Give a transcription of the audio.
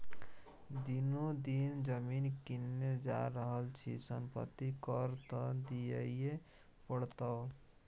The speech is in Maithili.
दिनो दिन जमीन किनने जा रहल छी संपत्ति कर त दिअइये पड़तौ